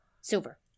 silver